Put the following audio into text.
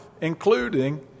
including